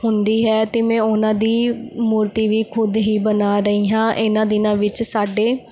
ਹੁੰਦੀ ਹੈ ਅਤੇ ਮੈਂ ਉਹਨਾਂ ਦੀ ਮੂਰਤੀ ਵੀ ਖੁਦ ਹੀ ਬਣਾ ਰਹੀ ਹਾਂ ਇਹਨਾਂ ਦਿਨਾਂ ਵਿੱਚ ਸਾਡੇ